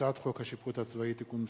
הצעת חוק השיפוט הצבאי (תיקון מס'